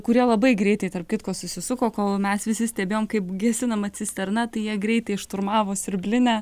kurie labai greitai tarp kitko susisuko kol mes visi stebėjom kaip gesinama cisterna tai jie greitai šturmavo siurblinę